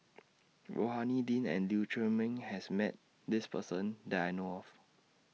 Rohani Din and Lee Chiaw Meng has Met This Person that I know of